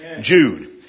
Jude